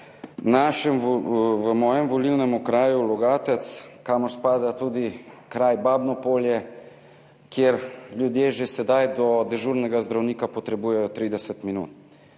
našem, v mojem volilnem okraju Logatec, kamor spada tudi kraj Babno Polje, kjer ljudje že sedaj do dežurnega zdravnika potrebujejo 30 minut.